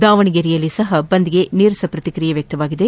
ದಾವಣಗೆರೆಯಲ್ಲಿ ಸಹ ಬಂದ್ಗೆ ನೀರಸ ಪ್ರತಿಕ್ರಿಯೆ ವ್ಯಕ್ತವಾಗಿದೆ